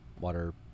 water